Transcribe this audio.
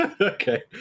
Okay